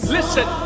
Listen